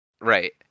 Right